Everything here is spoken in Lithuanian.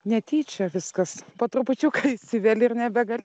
netyčia viskas po trupučiuką įsiveli ir nebegali